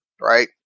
Right